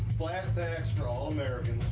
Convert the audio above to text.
flat tax for all americans.